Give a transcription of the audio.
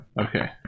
Okay